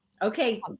Okay